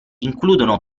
includono